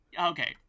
Okay